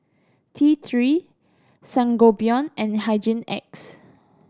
T Three Sangobion and Hygin X